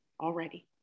already